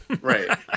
Right